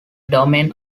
domain